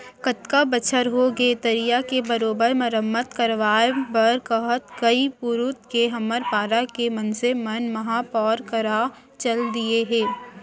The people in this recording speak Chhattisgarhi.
कतका बछर होगे तरिया के बरोबर मरम्मत करवाय बर कहत कई पुरूत के हमर पारा के मनसे मन महापौर करा चल दिये हें